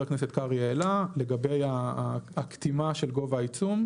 הכנסת קרעי העלה לגבי הקטימה של גובה העיצום."